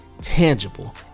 tangible